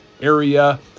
area